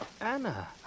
Anna